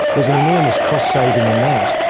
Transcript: there is an enormous cost saving in that,